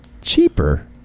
cheaper